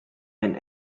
and